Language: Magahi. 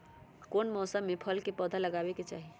कौन मौसम में फल के पौधा लगाबे के चाहि?